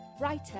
writer